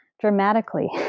dramatically